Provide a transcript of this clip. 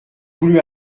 voulu